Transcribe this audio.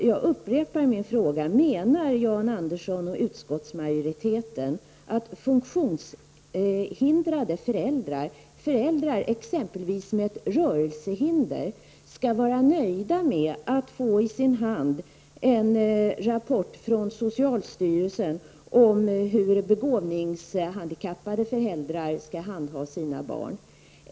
Jag upprepar min fråga: Menar Jan Andersson och utskottsmajoriteten att funktionshindrade föräldrar, exempelvis föräldrar med rörelsehinder, skall vara nöjda med att få i sin hand en rapport från socialstyrelsen om hur begåvningshandikappade föräldrar skall handha sina barn?